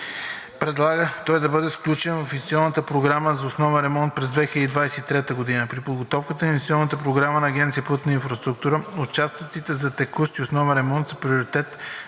предлага той да бъде включен в инвестиционната програма за основен ремонт през 2023 г. При подготовката на инвестиционната програма на Агенция „Пътна инфраструктура“ участъците за текущ и основен ремонт са приоритет